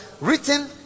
written